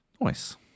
nice